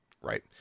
Right